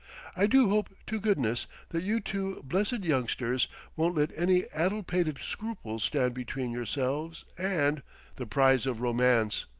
i do hope to goodness that you two blessed youngsters won't let any addlepated scruples stand between yourselves and the prize of romance,